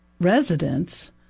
residents